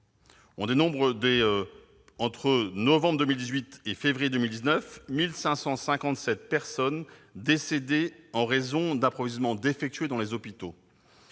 entre novembre 2018 et février 2019, on a compté 1 557 personnes décédées en raison de l'approvisionnement défectueux des hôpitaux.